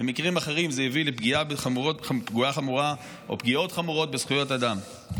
ובמקרים אחרים זה הביא לפגיעה חמורה או פגיעות חמורות בזכויות אדם.